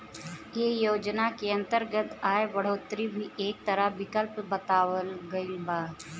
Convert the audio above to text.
ऐ योजना के अंतर्गत आय बढ़ोतरी भी एक तरह विकल्प बतावल गईल बा